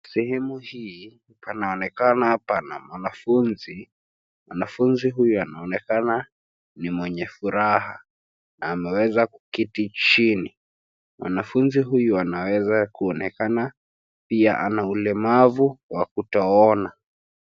Sehemu hii panaonekana pana mwanafunzi. Mwanafunzi huyu anaonekana ni mwenye furaha na ameweza kuketi chini. Mwanafunzi huyu anaweza kuonekana pia ana ulemavu wa kutoona.